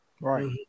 Right